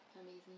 Amazing